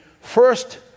first